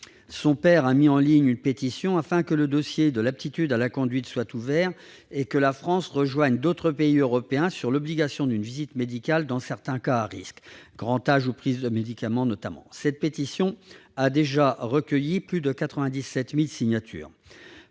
Son père a mis en ligne une pétition afin que le dossier de l'aptitude à la conduite soit ouvert et que la France rejoigne d'autres pays européens sur l'obligation d'une visite médicale dans certains cas à risques, notamment le grand âge ou la prise de médicaments. Cette pétition a déjà recueilli plus de 97 000 signatures.